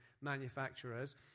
manufacturers